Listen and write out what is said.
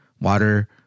water